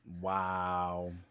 Wow